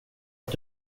att